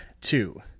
two